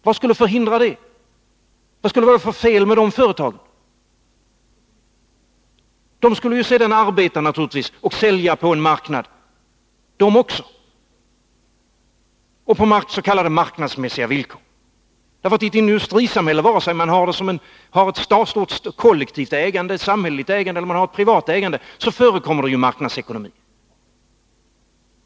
Vad skulle det vara för fel med dessa företag? Även de skulle naturligtvis arbeta och sälja på en marknad på s.k. marknausmässiga villkor. I ett industrisamhälle, vare sig man har samhälleligt ägande eller privat ägande, förekommer det ju en marknadsekonomi.